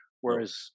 whereas